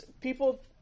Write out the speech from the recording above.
people